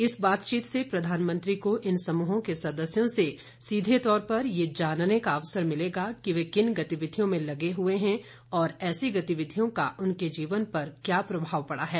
इस बातचीत से प्रधानमंत्री को इन समूहों के सदस्यों से सीधे तौर पर यह जानने का अवसर मिलेगा कि वे किन गतिविधियों में लगे हुए हैं और ऐसी गतिविधियों का उनके जीवन पर क्या प्रभाव पड़ा है